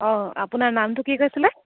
অঁ আপোনাৰ নামটো কি কৈছিলে